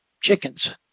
chickens